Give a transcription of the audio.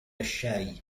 الشاي